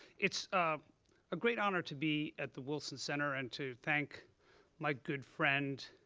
it's a ah great honor to be at the wilson center and to thank my good friend,